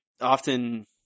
often